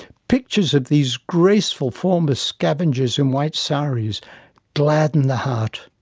pictures of these graceful former scavengers in white saris gladden the heart.